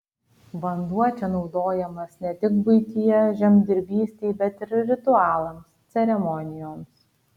vanduo čia naudojamas ne tik buityje žemdirbystei bet ir ritualams ceremonijoms